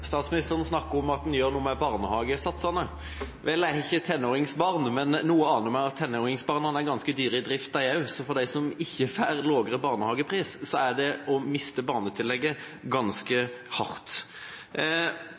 Statsministeren snakker om at en gjør noe med barnehagesatsene. Vel, jeg har ikke tenåringsbarn, men det aner meg at tenåringsbarn er ganske dyre i drift de også, så for dem som ikke får lavere barnehagepris, er det å miste barnetillegget